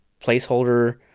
placeholder